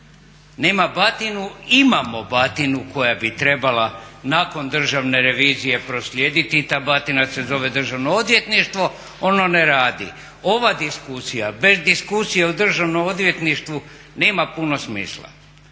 nema batinu. Imamo batinu koja bi trebala nakon Državne revizije proslijediti i ta batina se zove Državno odvjetništvo. Ono ne radi. Ova diskusija, bez diskusije u Državnom odvjetništvu nema puno smisla.